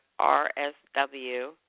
RSW